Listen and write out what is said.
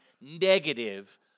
negative